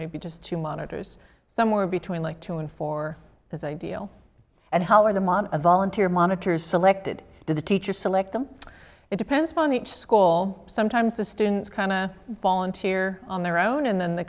maybe just two monitors somewhere between like two and four is ideal and holler the mom a volunteer monitors selected to the teacher select them it depends upon the each school sometimes the students kind of volunteer on their own and then the